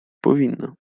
powinno